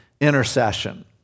intercession